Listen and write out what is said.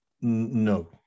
No